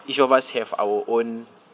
each of us have our own